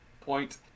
point